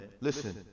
Listen